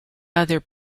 other